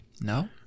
No